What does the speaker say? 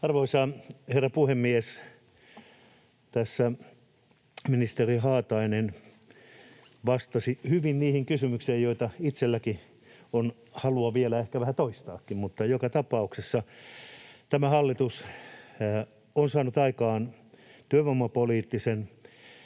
Arvoisa herra puhemies! Tässä ministeri Haatainen vastasi hyvin kysymyksiin, ja itsellänikin on halua näitä vielä ehkä vähän toistaakin. Mutta joka tapauksessa tämä hallitus on saanut aikaan työvoimapoliittisen